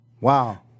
Wow